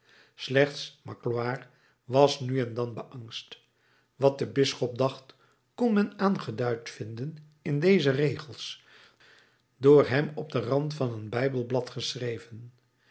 slechts magloire was nu en dan beangst wat de bisschop dacht kon men aangeduid vinden in deze regels door hem op den rand van een bijbelblad geschreven